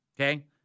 okay